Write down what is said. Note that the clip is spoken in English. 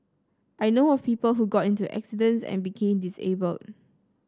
I know of people who got into accidents and became disabled